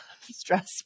stress